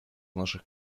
наших